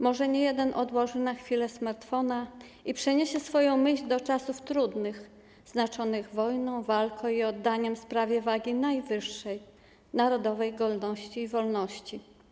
Może niejeden odłoży na chwilę smartfona i przeniesie swoją myśl do czasów trudnych, znaczonych wojną, walką i oddaniem w sprawie najwyższej wagi - narodowej godności i wolności.